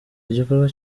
igikorwa